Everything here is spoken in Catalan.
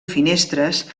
finestres